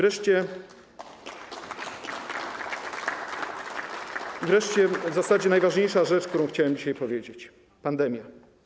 I wreszcie w zasadzie najważniejsza rzecz, którą chciałem dzisiaj powiedzieć: pandemia.